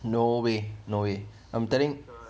no way no way I'm telling